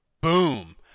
boom